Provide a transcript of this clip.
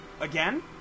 again